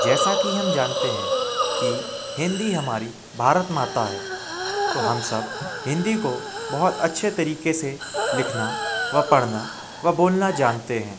जैसा कि हम जानते हैं कि हिन्दी हमारी भारत माता है तो हम सब हिन्दी को बहुत अच्छे तरीक़े से लिखना वा पढ़ना वा बोलना जानते हैं